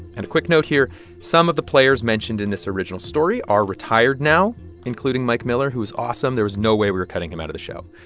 and a quick note here some of the players mentioned in this original story are retired now including mike miller, who's awesome. there was no way we were cutting him out of the show.